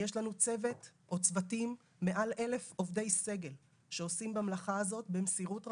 יש לנו צוותים מעל 1,000 עובדי סגל שעושים במלאכה הזאת במסירות רבה.